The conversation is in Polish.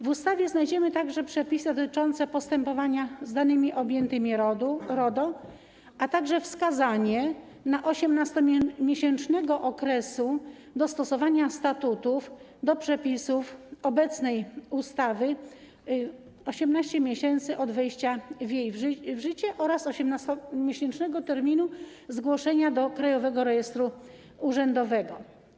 W ustawie znajdziemy również przepisy dotyczące postępowania z danymi objętymi RODO, a także wskazanie 18-miesięcznego okresu dostosowania statutów do przepisów obecnej ustawy - 18 miesięcy od wejścia jej w życie - oraz 18-miesięcznego terminu zgłoszenia do krajowego rejestru urzędowego.